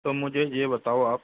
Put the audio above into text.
तो मुझे ये बताओ आप